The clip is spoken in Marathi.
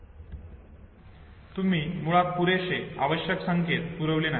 तुम्ही मुळात पुरेशे आवश्यक संकेत पुरविले नाहीत